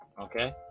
okay